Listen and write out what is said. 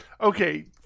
Okay